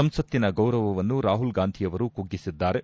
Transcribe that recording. ಸಂಸತಿನ ಗೌರವವನ್ನು ರಾಹುಲ್ಗಾಂಧಿಯವರು ಕುಗ್ಗಿಸಿದ್ದಾರೆ